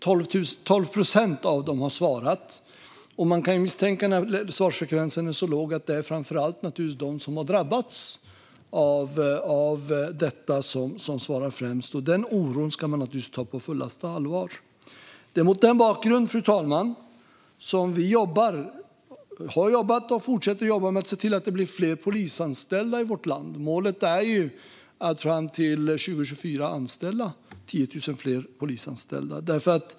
12 procent av dem har svarat. När svarsfrekvensen är så låg kan man misstänka att det framför allt är de som har drabbats av detta som svarar. Den här oron ska man naturligtvis ta på fullaste allvar. Det är mot denna bakgrund, fru talman, som vi har jobbat med och fortsätter att jobba med att se till att det blir fler polisanställda i vårt land. Målet är att anställa 10 000 fler i polisen fram till 2024.